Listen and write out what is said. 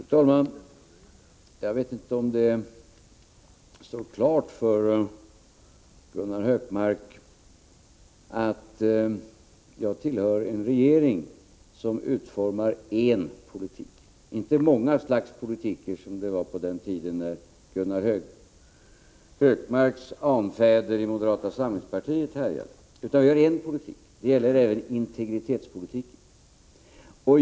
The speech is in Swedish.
Fru talman! Jag vet inte om det står klart för Gunnar Hökmark att jag tillhör en regering som utformar en politik — inte många slags politik som det var på den tid då Gunnar Hökmarks anfäder i moderata samlingspartiet härjade, utan en politik. Det gäller även beträffande integritetspolitiken.